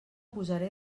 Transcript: posaré